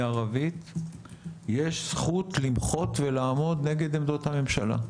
ערבית יש זכות למחות ולעמוד נגד עמדות הממשלה,